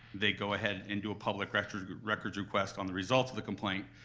they go ahead and do a public records records request on the results of the complaint,